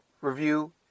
review